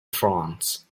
france